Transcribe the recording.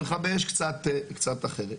ומכבי האש קצת אחרת.